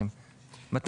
הרשות.